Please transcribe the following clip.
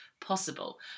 possible